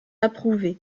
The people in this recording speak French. approuvé